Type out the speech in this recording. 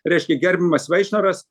reiškia gerbiamas vaikšnoras